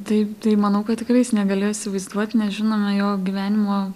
taip tai manau kad tikrai jis negalėjo įsivaizduot nes žinome jo gyvenimo